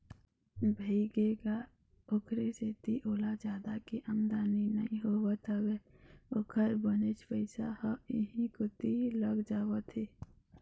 भइगे गा ओखरे सेती ओला जादा के आमदानी नइ होवत हवय ओखर बनेच पइसा ह इहीं कोती लग जावत हे